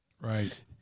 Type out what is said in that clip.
Right